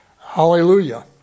Hallelujah